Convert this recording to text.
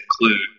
include